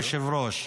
היושב-ראש.